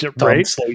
right